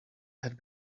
had